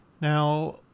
Now